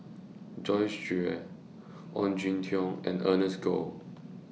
Joyce Jue Ong Jin Teong and Ernest Goh